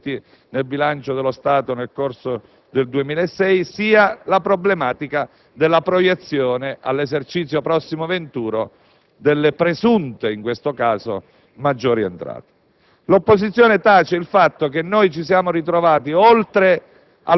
e che riguardano sia la destinazione delle maggiori risorse affluite nel bilancio dello Stato nel corso del 2006 sia la problematica della proiezione all'esercizio prossimo venturo delle presunte, in questo caso, maggiori entrate.